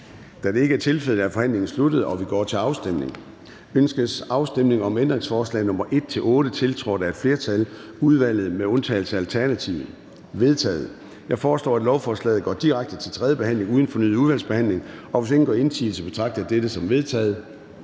Da det ikke er tilfældet, er forhandlingen sluttet, og vi går til afstemning. Kl. 13:20 Afstemning Formanden (Søren Gade): Ønskes afstemning om ændringsforslag nr. 1-8, tiltrådt af et flertal (udvalget med undtagelse af ALT)? De er vedtaget. Jeg foreslår, at lovforslaget går direkte til tredje behandling uden fornyet udvalgsbehandling, og hvis ingen gør indsigelse, betragter jeg dette som vedtaget.